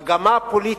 מגמה פוליטית.